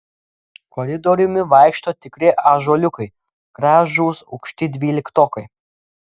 koridoriumi vaikšto tikri ąžuoliukai gražūs aukšti dvyliktokai